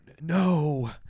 no